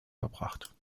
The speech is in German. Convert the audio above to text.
verbracht